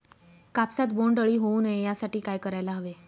कापसात बोंडअळी होऊ नये यासाठी काय करायला हवे?